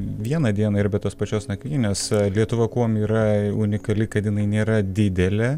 vieną dieną ir be tos pačios nakvynės lietuva kuom yra unikali kad jinai nėra didelė